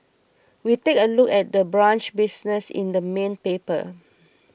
we take a look at the brunch business in the main paper